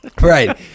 Right